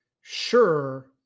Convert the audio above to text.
Sure